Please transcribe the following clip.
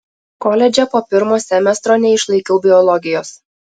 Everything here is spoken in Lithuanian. koledže po pirmo semestro neišlaikiau biologijos